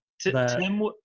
Tim